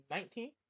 Nineteen